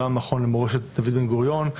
גם המכון למורשת דוד בן-גוריון,